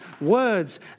words